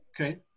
Okay